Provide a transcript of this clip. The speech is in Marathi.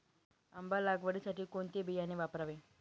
आंबा लागवडीसाठी कोणते बियाणे वापरावे?